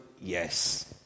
yes